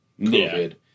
COVID